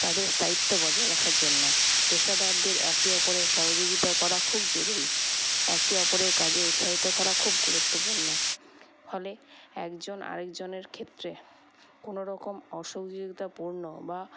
তাদের স্থায়িত্ব বজায় রাখার জন্য পেশাদারদের একে অপরের সহযোগিতা করা খুব জরুরী একে অপরের কাজে উৎসাহিত করা খুব গুরুত্বপূর্ণ ফলে একজন আরেকজনের ক্ষেত্রে কোনোরকম অসহযোগিতাপূর্ণ বা